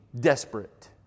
desperate